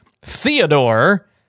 Theodore